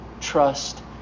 trust